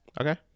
Okay